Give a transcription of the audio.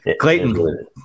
Clayton